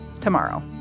tomorrow